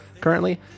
currently